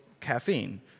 caffeine